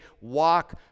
walk